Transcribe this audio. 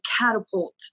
catapult